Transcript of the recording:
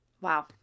wow